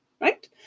Right